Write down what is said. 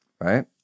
right